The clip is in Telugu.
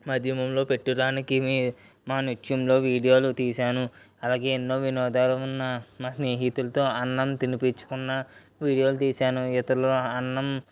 మాధ్యమంలో పెట్టడానికి మీ మా నృత్యంలో వీడియోలు తీసాను అలాగే ఎన్నో వినోదాలు ఉన్న మా స్నేహితులతో అన్నం తినిపించుకున్న వీడియోలు తీసాను ఇతరుల అన్నం